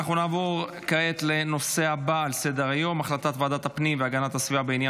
נעבור כעת לנושא הבא על סדר-היום הצעת ועדת הפנים והגנת הסביבה בדבר